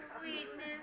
sweetness